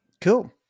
Cool